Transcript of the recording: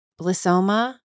Blissoma